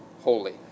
holy